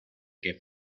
que